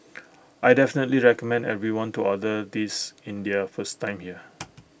I definitely recommend everyone to order this in their first time here